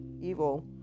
evil